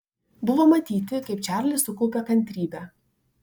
buvo matyti kaip čarlis sukaupia kantrybę